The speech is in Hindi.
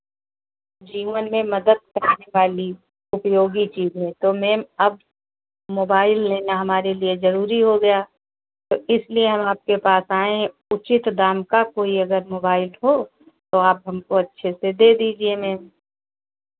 जीवन में मदद करनेवाली उपयोगी चीज़ है तो मैम अब मोबाइल लेना हमारे लिए ज़रूरी हो गया तो इसलिए हम आपके पास आए हैं उचित दाम का कोई अगर मोबाइल हो तो आप हमको अच्छे से दे दीजिए मैम